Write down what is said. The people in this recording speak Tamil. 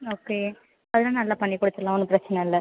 ஓகே அதெலாம் நல்லா பண்ணி கொடுத்துட்லாம் ஒன்றும் பிரச்சனை இல்லை